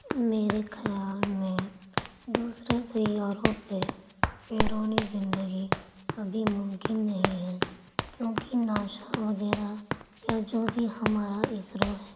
میرے خیال میں دوسرے سیاروں پہ بیرونی زندگی ابھی ممکن نہیں ہے کیونکہ ناشا وغیرہ یا جو بھی ہمارا اسرو ہے